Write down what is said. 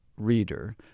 reader